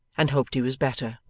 and hoped he was better.